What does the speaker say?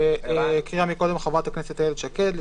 כפי שקראה קודם חברת הכנסת איילת שקד.